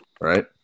Right